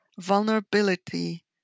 vulnerability